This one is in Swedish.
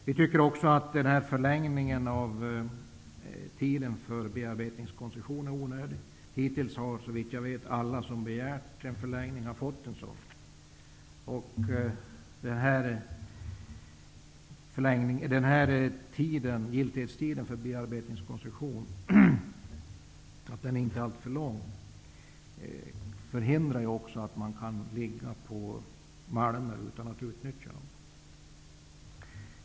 Vi tycker också att förlängningen av giltighetstiden för bearbetningskoncessionen är onödig. Hittills har, såvitt jag vet, alla som har begärt det fått förlängning. En inte alltför lång giltighetstid för bearbetningskoncession förhindrar att man håller på malmer som inte utnyttjas.